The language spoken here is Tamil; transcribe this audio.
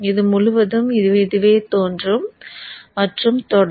இது முழுவதும் இதுவே தோன்றும் மற்றும் தொடரும்